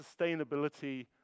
sustainability